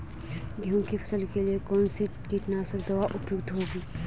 गेहूँ की फसल के लिए कौन सी कीटनाशक दवा उपयुक्त होगी?